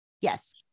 Yes